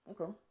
Okay